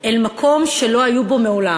אל מקום שלא היו בו מעולם,